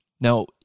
Now